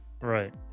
Right